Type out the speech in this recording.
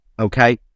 okay